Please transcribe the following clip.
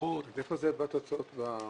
איפה זה בתוצאות?